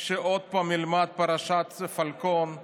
שעוד פעם ילמד את פרשת הפלקון,